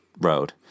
road